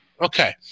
Okay